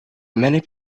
many